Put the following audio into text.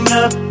up